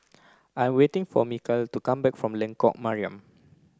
I waiting for Mikal to come back from Lengkok Mariam